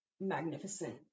magnificent